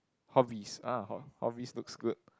hobbies ah hobbies looks good